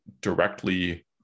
directly